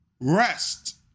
rest